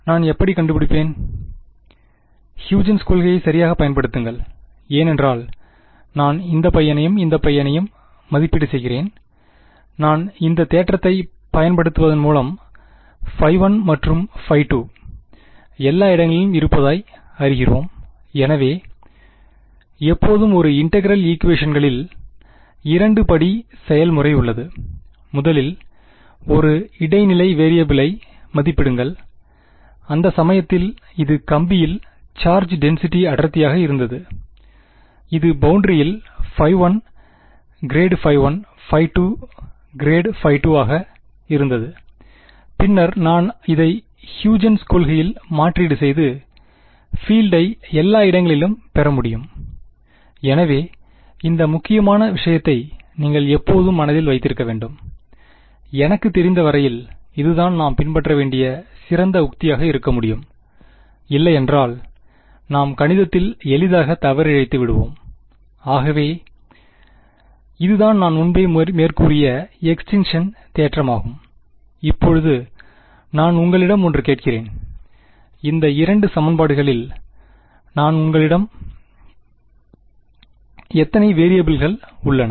நான் எப்படி கண்டுபிடிப்பேன் ஹ்யூஜென்ஸ் Huygen'sகொள்கையை சரியாகப் பயன்படுத்துங்கள் ஏனென்றால் நான் இந்த பையனையும் இந்த பையனையும் மதிப்பீடு செய்கிறேன் நான் இந்த தேற்றத்தை பயன்படுத்துவதன் மூலம்1 மற்றும் 2 எல்லா இடங்களிலும் இருப்பதாய் அறிகிறோம் எனவே எப்போதும் ஒரு இன்டெகிரல் ஈக்குவேஷன்ஸ்களில் இரண்டு படி செயல்முறை உள்ளது முதலில் ஒரு இடைநிலை வெறியபிலை மதிப்பிடுங்கள் அந்த சமயத்தில் இது கம்பியில் சார்ஜ் டென்சிட்டி அடர்த்தியாக இருந்தது இது பௌண்டரியில் 1∇12∇2ஆக இருந்தது பின்னர் நான் இதை ஹ்யூஜென்ஸ்Huygen's கொள்கையில் மாற்றீடுசெய்து பீல்டை எல்லா இடங்களிலும் பெற முடியும் எனவே இந்த முக்கியமான விசயத்தை நீங்கள் எப்போதும் மனதில் வைத்திருக்க வேண்டும் எனக்குத்தெரிந்தவரையில் இது தான் நாம் பின்பற்றவேண்டிய சிறந்த உக்தியாக இருக்க முடியும் இல்லையென்றால் நாம் கணிதத்தில் எளிதாக தவறிழைத்துவிடுவோம் ஆகவே இது தான் நான் முன்பே மேற்கூறிய எக்ஸ்டிங்க்ஷன் தேற்றமாகும் இப்பொழுது நான் உங்களிடம் ஒன்று கேட்கிறேன் இந்த இரண்டு சமன்பாடுகளில் எத்தனை வேரியபிள்கள் உள்ளன